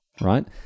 right